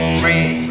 free